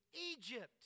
Egypt